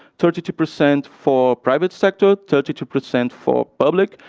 thirty two percent for private sector. thirty two percent for public.